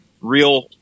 real